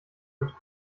mit